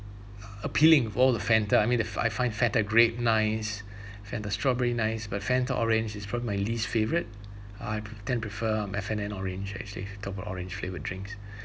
appealing for all the fanta I mean the I find fanta grape nice fanta strawberry nice but fanta orange it's probably my least favorite I pre~ tend prefer um F&N orange actually if you talk about orange flavoured drinks